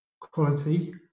quality